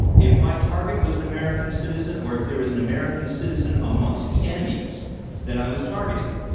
if my target was an american citizen, or if there was an american citizen amongst the enemies that i was targeting,